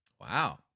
Wow